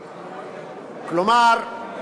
כלומר,